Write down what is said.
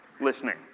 listening